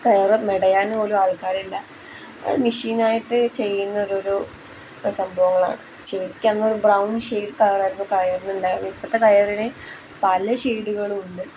കയർ മെടയാൻ പോലും ആൾക്കാരില്ല മെഷീനായിട്ട് ചെയ്യുന്ന ഓരോരോ സംഭവങ്ങളാണ് ബ്രൗൺ ഷെയ്ഡ് കളറായിരുന്നു കയറിന് ഉണ്ടായിരുന്നത് ഇപ്പത്തെ കയറിന് പല ഷെയ്ഡുകളും ഉണ്ട്